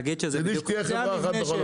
מצידי שתהיה חברה אחת בכל המדינה.